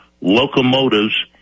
locomotives